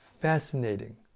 fascinating